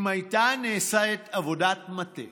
אם הייתה נעשית עבודת מטה